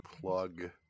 plug